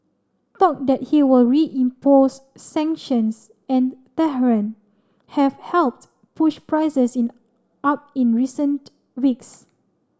talk that he will reimpose sanctions on Tehran have helped push prices in up in recent weeks